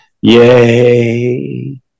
Yay